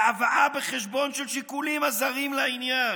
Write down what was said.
בהבאה בחשבון של שיקולים הזרים לעניין,